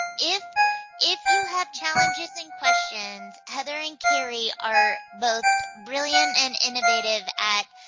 if if you have challenges and questions, heather and kerri are both brilliant and innovative at